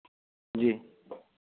जी